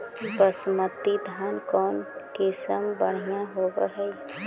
बासमती धान के कौन किसम बँढ़िया होब है?